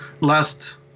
last